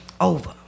Over